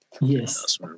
Yes